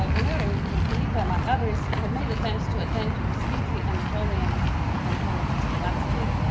um omur and felipe, ah among others, have made attempts to attend to distinctly anatolian ontologies of landscape.